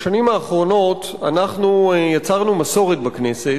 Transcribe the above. בשנים האחרונות יצרנו מסורת בכנסת,